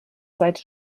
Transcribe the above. seite